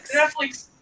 Netflix